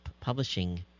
publishing